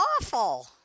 awful